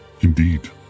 Indeed